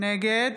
נגד